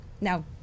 now